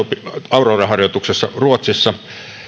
aurora harjoituksessa ruotsissa